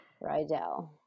rydell